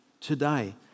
today